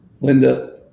Linda